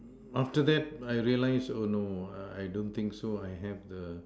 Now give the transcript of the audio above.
after that I realize oh no I don't think so I have the